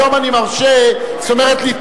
היום אני מרשה לטעות,